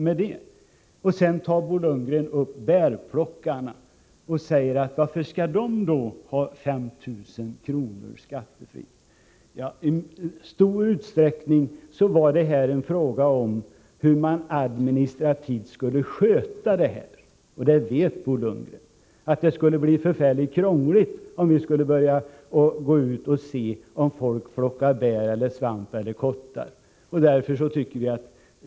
Sedan tog Bo Lundgren upp frågan om bärplockarna och sade: Varför skall de ha 5 200 kr. skattefritt? I stor utsträckning var det fråga om hur man administrativt skulle sköta detta, och det vet Bo Lundgren. Det skulle bli förfärligt krångligt om vi skulle gå ut och se om folk plockar bär eller svamp eller kottar.